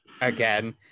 again